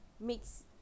mix